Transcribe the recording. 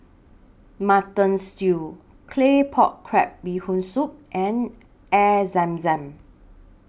Mutton Stew Claypot Crab Bee Hoon Soup and Air Zam Zam